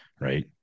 Right